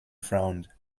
frowned